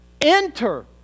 Enter